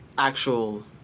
actual